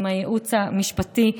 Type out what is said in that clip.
עם הייעוץ המשפטי,